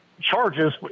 charges